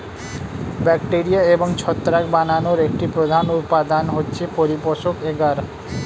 bacteria এবং ছত্রাক বানানোর একটি প্রধান উপাদান হচ্ছে পরিপোষক এগার